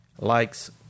likes